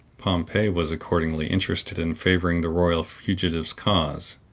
pompey was accordingly interested in favoring the royal fugitive's cause.